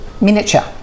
miniature